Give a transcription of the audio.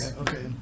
Okay